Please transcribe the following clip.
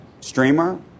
streamer